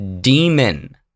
demon